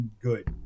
good